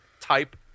type